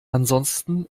ansonsten